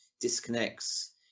disconnects